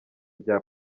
bya